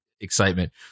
excitement